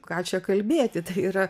ką čia kalbėti tai yra